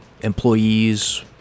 employees